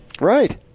Right